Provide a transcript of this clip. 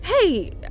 Hey